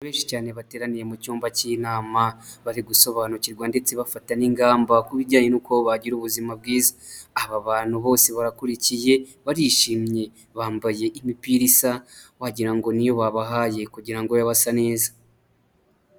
Benshi cyane bateraniye mu cyumba cy'inama bari gusobanukirwa ndetse bafata n'ingamba ku bijyanye nuko bagira ubuzima bwiza, aba bantu bose barakurikiye barishimye bambaye imipira isa wagirango ngo niyo babahaye kugira ngo babe basa neza.